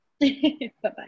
Bye-bye